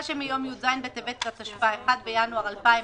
שמיום י"ז בטבת התשפ"א (1 בינואר 2021)